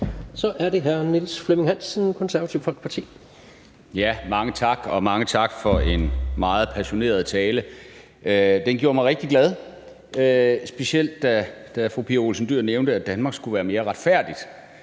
Så er det hr. Niels Flemming Hansen, Det Konservative Folkeparti. Kl. 14:37 Niels Flemming Hansen (KF): Mange tak for en meget passioneret tale. Den gjorde mig rigtig glad, specielt da fru Pia Olsen Dyhr nævnte, at Danmark skal være et mere retfærdigt